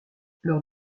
lors